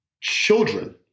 children